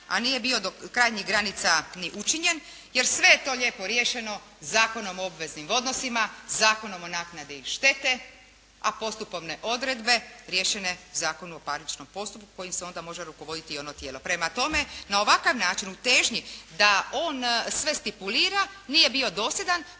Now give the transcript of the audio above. a nije bio do krajnjih granica ni učinjen, jer je sve to lijepo riješeno Zakonom o obveznim odnosima, Zakonom o naknadi štete, a postupovne odredbe riješene Zakonom o parničnom postupku kojim se onda može rukovoditi i ono tijelo. Prema tome, na ovakav način u težnji da on sve stipulira nije bio dosljedan